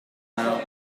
now